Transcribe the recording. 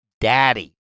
Daddy